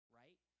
right